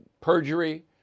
perjury